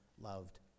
loved